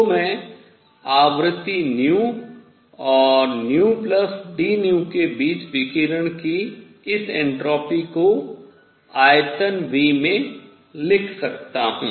तो मैं आवृत्ति ν और νdν के बीच विकिरण की इस एन्ट्रापी को आयतन V में लिख सकता हूँ